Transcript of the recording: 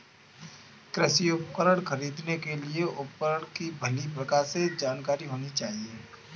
कृषि उपकरण खरीदने के लिए उपकरण की भली प्रकार से जानकारी होनी चाहिए